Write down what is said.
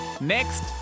Next